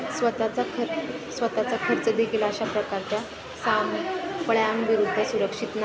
स्वतःचा खर् स्वतःचा खर्च देखील अशा प्रकारच्या सापळयांविरुद्ध् सुरक्षित नाही